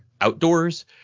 outdoors